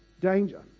danger